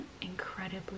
incredibly